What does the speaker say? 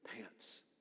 pants